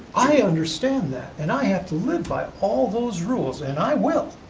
i understand that, and i have to live by all those rules, and i will,